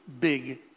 big